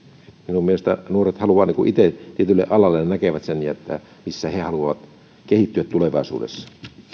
minun mielestäni nuoret haluavat itse tietylle alalle näkevät sen missä he haluavat kehittyä tulevaisuudessa